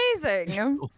Amazing